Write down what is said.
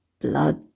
blood